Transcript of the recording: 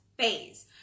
phase